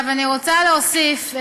אני רוצה להוסיף,